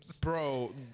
bro